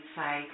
say